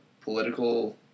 political